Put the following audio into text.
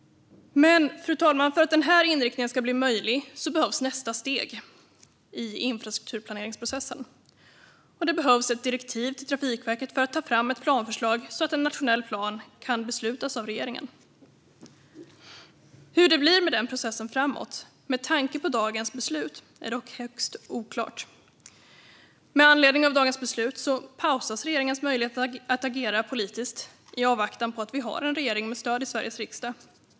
Fru talman! För att denna inriktning ska bli möjlig behövs nästa steg i infrastrukturplaneringsprocessen. Det behövs ett direktiv till Trafikverket att ta fram ett planförslag så att en nationell plan kan beslutas av regeringen. Hur det blir med den processen framgent är dock med tanke på dagens beslut högst oklart. På grund av dagens beslut pausas regeringens möjlighet att agera politiskt i avvaktan på att vi har en regering med stöd i Sveriges riksdag.